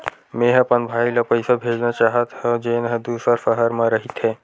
मेंहा अपन भाई ला पइसा भेजना चाहत हव, जेन हा दूसर शहर मा रहिथे